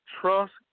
Trust